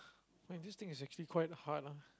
like this thing is actually quite hard lah